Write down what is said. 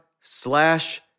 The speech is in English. slash